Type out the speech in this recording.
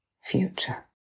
future